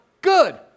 good